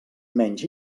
menys